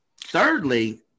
thirdly